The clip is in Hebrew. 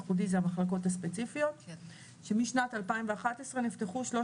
ייחודי זה המחלקות הספציפיות שמשנת 2011 נפתחו שלוש